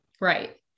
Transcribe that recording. Right